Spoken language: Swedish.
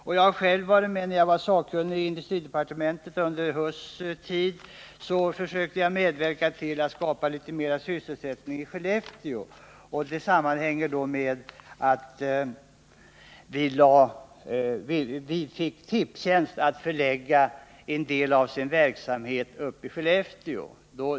När jag var med som sakkunnig i industridepartementet under Erik Huss tid försökte jag medverka till att skapa mer sysselsättning i Skellefteå. Vi fick då Tipstjänst att förlägga en del av sin verksamhet dit.